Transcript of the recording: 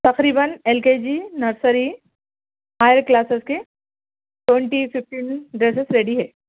تقریباً L K G nursery higher classes کے twenty fifteen dresses ready ہے